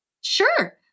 Sure